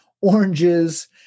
oranges